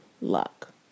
luck